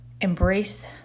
embrace